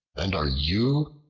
and are you,